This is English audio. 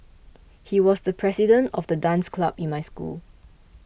he was the president of the dance club in my school